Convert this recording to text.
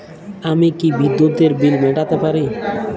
আমি কি বিদ্যুতের বিল মেটাতে পারি?